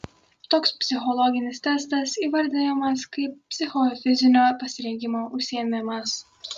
toks psichologinis testas įvardijamas kaip psichofizinio pasirengimo užsiėmimas